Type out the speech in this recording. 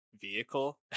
vehicle